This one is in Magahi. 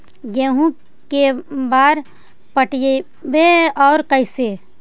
गेहूं के बार पटैबए और कैसे?